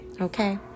Okay